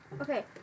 Okay